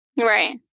right